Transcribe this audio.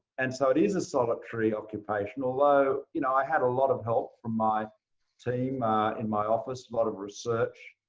and so it is a solitary occupation, although you know i had a lot of help from my team in my office, a lot of research,